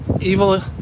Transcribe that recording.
evil